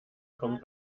kommt